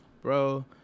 bro